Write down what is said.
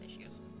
issues